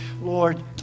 Lord